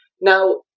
now